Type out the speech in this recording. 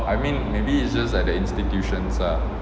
I mean maybe it's just like the institutions lah